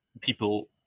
people